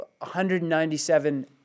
197